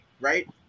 right